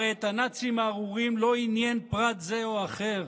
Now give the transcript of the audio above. הרי את הנאצים הארורים לא עניין פרט זה או אחר,